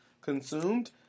consumed